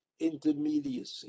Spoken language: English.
intermediacy